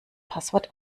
passwort